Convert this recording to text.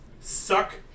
suck